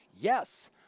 yes